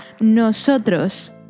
Nosotros